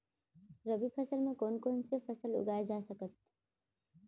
रबि फसल म कोन कोन से फसल उगाए जाथे सकत हे?